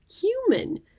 human